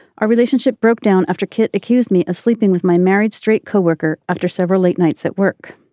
our relationship broke down after kit accused me of sleeping with my married straight co-worker after several late nights at work.